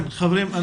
חברים,